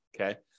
Okay